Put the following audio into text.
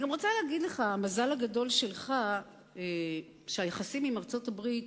אני רוצה להגיד לך שהמזל הגדול שלך הוא שהיחסים עם ארצות-הברית,